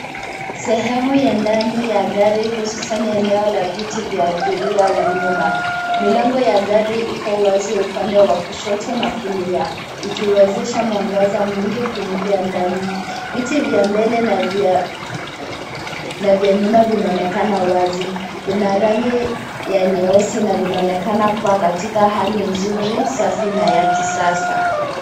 Sehemu ya ndani ya gari hususana eneo la viti vya abiria wa nyuma. Milango ya gari iko wazi upande wa kushoto na kulia ikiwezesha mwangaza mwingi kuingia ndani. Viti vya mbele na nyuma vinaonekana wazi, vina rangi ya nyeusi na vinaonekana kuwa katika hali nzuri safi na ya kisasa.